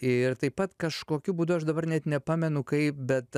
ir taip pat kažkokiu būdu aš dabar net nepamenu kaip bet